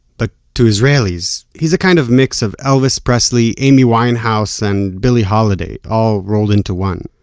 but to israelis, he's a kind of mix of elvis presley, amy winehouse and billie holiday, all rolled into one.